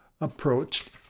approached